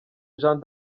jean